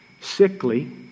sickly